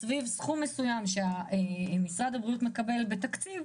סביב סכום מסוים שמשרד הבריאות מקבל בתקציב,